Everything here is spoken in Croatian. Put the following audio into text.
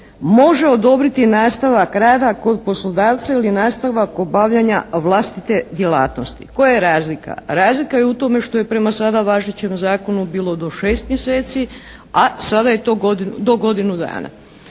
može odobriti nastavak rada kod poslodavca ili nastavak obavljanja vlastite djelatnosti. Koja je razlika? Razlika je u tome što je prema sada važećem zakonu bilo do 6 mjeseci, a sada je to do godinu dana.